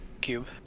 cube